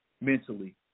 mentally